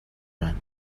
байна